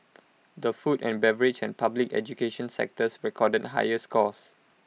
the food and beverage and public education sectors recorded higher scores